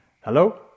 Hello